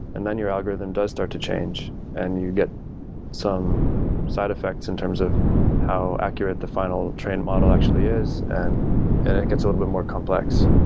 and then your algorithm does start to change and you get some side effects in terms of how accurate the final trained model actually is, and it gets a little bit more complex.